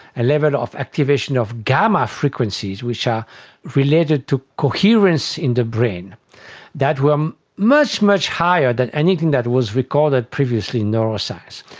a level of activation of gamma frequencies which are related to coherence in the brain that were much, much higher than anything that was recorded previously in neuroscience.